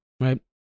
Right